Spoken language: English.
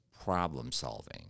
problem-solving